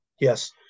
yes